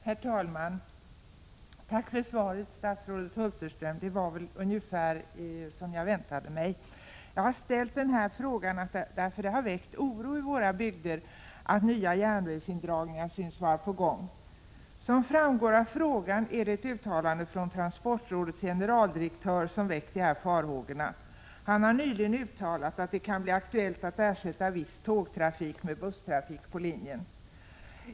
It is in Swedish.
Herr talman! Tack för svaret, statsrådet Hulterström! Det var väl ungefär som jag väntade mig. Jag har ställt frågan därför att det har väckt oro i våra bygder att nya järnvägsindragningar syns vara på gång. Som framgår av frågan är det ett uttalande från transportrådets generaldirektör som väckt farhågorna. Han har nyligen uttalat att det kan bli aktuellt att ersätta viss tågtrafik med busstrafik på linjen.